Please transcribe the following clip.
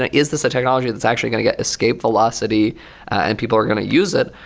and is this a technology that's actually going to escape velocity and people are going to use it,